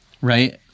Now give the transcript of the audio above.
right